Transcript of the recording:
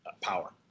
power